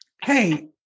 hey